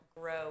grow